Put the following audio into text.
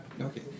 Okay